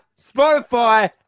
Spotify